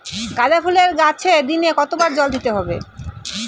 গাদা ফুলের গাছে দিনে কতবার জল দিতে হবে?